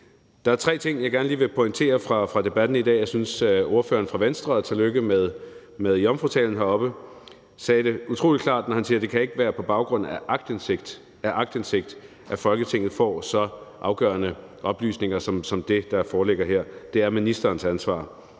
Der er tre ting, jeg gerne lige vil pointere fra debatten i dag. Jeg synes, at ordføreren fra Venstre – og tillykke med jomfrutalen heroppe – sagde det utrolig klart, da han sagde, at det ikke kan være på baggrund af aktindsigt, at Folketinget får så afgørende oplysninger som det, der foreligger her. Det er ministerens ansvar.